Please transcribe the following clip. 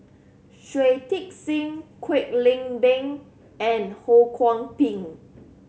Shui Tit Sing Kwek Leng Beng and Ho Kwon Ping